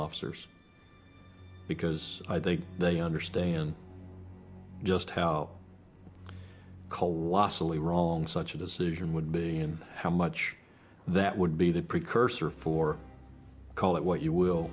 officers because i think they understand just how colossally wrong such a decision would be and how much that would be the precursor for call it what you will